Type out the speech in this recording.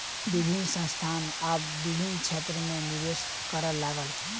विभिन्न संस्थान आब विभिन्न क्षेत्र में निवेश करअ लागल